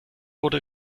wurde